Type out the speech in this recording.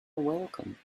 welcome